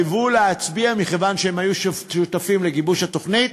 מכיוון שהם היו שותפים לגיבוש התוכנית,